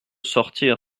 sortir